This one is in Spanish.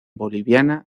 boliviana